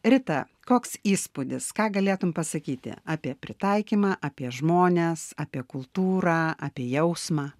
rita koks įspūdis ką galėtum pasakyti apie pritaikymą apie žmones apie kultūrą apie jausmą